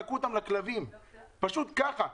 פשוט כך.